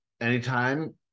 anytime